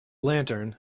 lantern